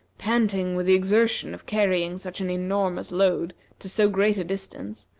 panting with the exertion of carrying such an enormous load to so great a distance,